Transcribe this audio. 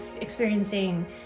experiencing